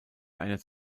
einer